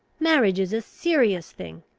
marriage is a serious thing.